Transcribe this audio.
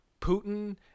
Putin